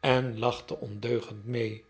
en lachte ondeugend mee